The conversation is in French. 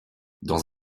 dans